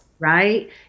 right